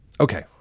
okay